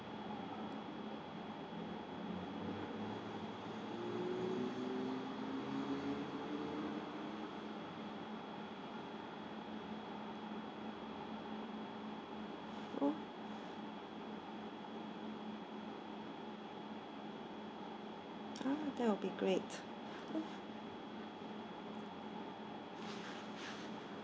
oh ah that'll be great